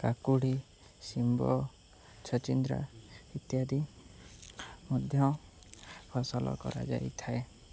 କାକୁଡ଼ି ଶିମ୍ବ ଛଚିନ୍ଦ୍ରା ଇତ୍ୟାଦି ମଧ୍ୟ ଫସଲ କରାଯାଇଥାଏ